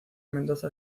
mendoza